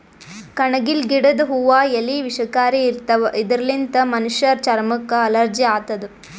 ಕಣಗಿಲ್ ಗಿಡದ್ ಹೂವಾ ಎಲಿ ವಿಷಕಾರಿ ಇರ್ತವ್ ಇದರ್ಲಿನ್ತ್ ಮನಶ್ಶರ್ ಚರಮಕ್ಕ್ ಅಲರ್ಜಿ ಆತದ್